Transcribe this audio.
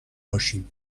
باشیم